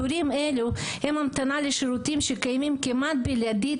תורים אלו הם המתנה לשירותים שקיימים כמעט בלעדית